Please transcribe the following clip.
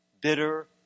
bitter